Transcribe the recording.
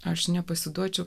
aš nepasiduočiau